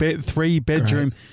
three-bedroom